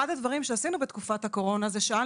אחד הדברים שעשינו בתקופת הקורונה זה לשאול